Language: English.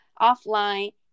offline